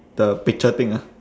the picture thing ah